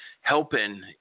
helping